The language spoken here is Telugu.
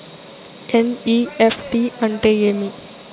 ఎన్.ఇ.ఎఫ్.టి అంటే ఏమి